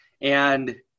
And-